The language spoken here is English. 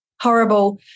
horrible